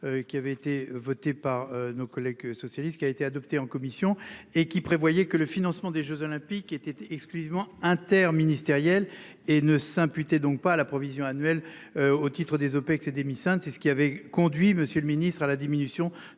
qui avait été votée par nos collègues socialistes qui a été adopté en commission et qui prévoyait que le financement des Jeux olympiques était exclusivement inter-ministériel et ne s'imputer donc pas la provision annuelle au titre des OPEX et des missiles. C'est ce qui avait conduit, Monsieur le Ministre à la diminution